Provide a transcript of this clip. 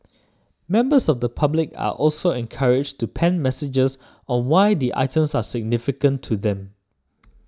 members of the public are also encouraged to pen messages on why the items are significant to them